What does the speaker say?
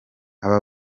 aba